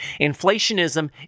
inflationism